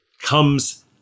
comes